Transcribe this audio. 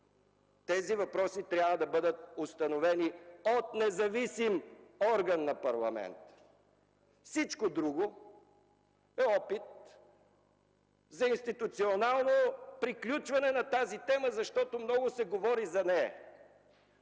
тези факти трябва да бъдат установени от независим орган на парламента. Всичко друго е опит за институционално приключване на тази тема, защото много се говори по нея.